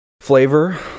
Flavor